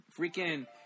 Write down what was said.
Freaking